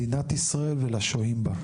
מדינת ישראל ולשוהים בה,